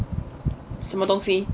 什么东西